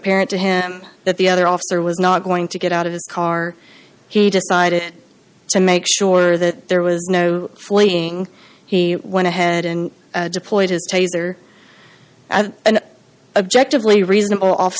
parent to him that the other officer was not going to get out of his car he decided to make sure that there was no fleeing he went ahead and deployed his taser an object of lee reasonable